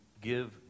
give